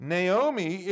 Naomi